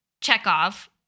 Chekhov